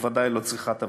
ובוודאי לא צריכת הביצים,